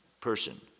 person